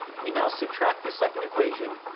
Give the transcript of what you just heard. we now subtract the second equation,